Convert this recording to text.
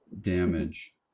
damage